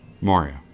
Mario